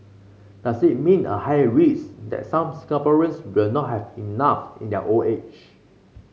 does it mean a higher risk that some Singaporeans will not have enough in their old age